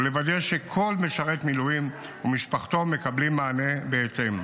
ולוודא שכל משרת מילואים ומשפחתו מקבלים מענה בהתאם.